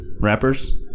Rappers